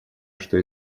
что